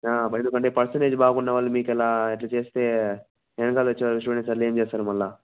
ఎందుకంటే పర్సెంటేజ్ బాగున్న వాళ్ళు మీకలా ఇట్లా చేస్తే వెనకాల వచ్చే వాళ్ళు స్టూడెంట్లు ఎట్లా ఏం చేస్తారో మళ్ళీ